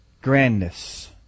Grandness